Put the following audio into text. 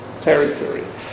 territory